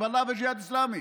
חיזבאללה וג'יהאד האסלאמי.